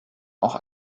auch